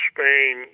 Spain